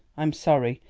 i'm sorry,